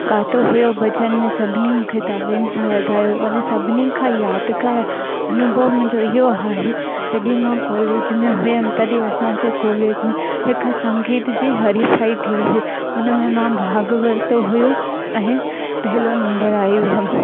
ॻायो हुयो भॼनु सभिनिनि मूंखे तालियुन सां वधायो उन सभिनिनि यादगार अनुभव मुंहिंजो इहो आहे जॾहिं मां कॉलेज में हुयमि तॾहिं असांजे कॉलेज में हिकु संगीत जी हरीफ़ाइ थी हुई हुन में मां भाॻु वरितो हुयो ऐं पहलो नंबर आई हुयमि